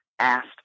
Asked